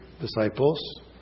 disciples